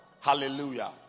Hallelujah